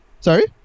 Sorry